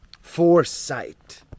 Foresight